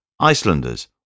Icelanders